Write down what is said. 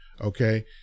Okay